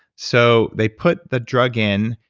so they put a drug in,